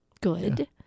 good